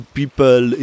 people